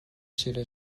چیره